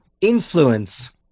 influence